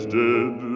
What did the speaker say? dead